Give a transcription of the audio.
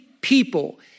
people